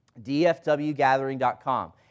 dfwgathering.com